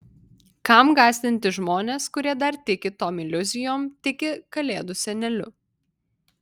kam gąsdinti žmones kurie dar tiki tom iliuzijom tiki kalėdų seneliu